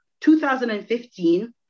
2015